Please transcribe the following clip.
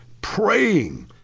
Praying